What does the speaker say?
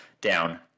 down